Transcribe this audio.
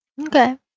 Okay